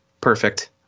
perfect